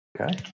Okay